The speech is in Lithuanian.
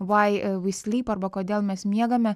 vai vi slyp arba kodėl mes miegame